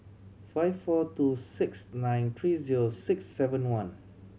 five four two six nine three zero six seven one